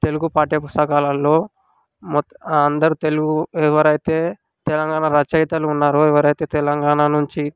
తెలుగు పాఠ్య పుస్తకాలల్లో మొట్ట అందరూ తెలుగు ఎవరైతే తెలంగాణ రచయతలు ఉన్నారో ఎవరైతే తెలంగాణ నుంచి